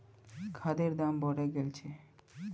खादेर दाम बढ़े गेल छे